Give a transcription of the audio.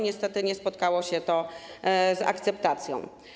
Niestety nie spotkało się to z akceptacją.